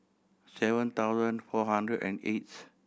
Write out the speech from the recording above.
seven thousand four hundred and eighth